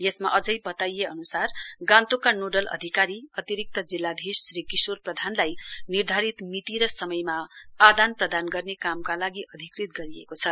यसमा अझौ बताइए अन्सार गान्तोकका नोडल अधिकारी अतिरिक्त जिल्लाधीश श्री किशोर प्रधानलाई निर्धारित मिति र समयमा आदान प्रदान गर्ने कामका लागि अधिकृत गरिएको छ